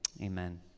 Amen